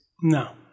no